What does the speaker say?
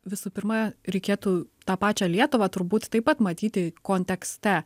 visų pirma reikėtų tą pačią lietuvą turbūt taip pat matyti kontekste